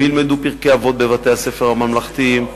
וילמדו פרקי אבות בבתי-הספר הממלכתיים,